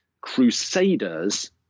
Crusaders